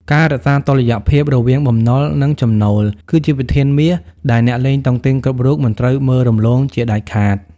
ការរក្សាតុល្យភាពរវាង "បំណុល និងចំណូល" គឺជាវិធានមាសដែលអ្នកលេងតុងទីនគ្រប់រូបមិនត្រូវមើលរំលងជាដាច់ខាត។